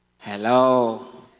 Hello